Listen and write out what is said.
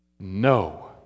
No